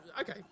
Okay